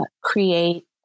create